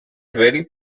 very